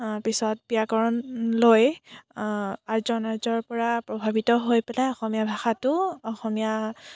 পাছত ব্যাকৰণ লৈ আৰ্য অনাৰ্যৰ পৰা প্ৰভাৱিত হৈ পেলাই অসমীয়া ভাষাটো অসমীয়া